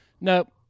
nope